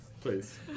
Please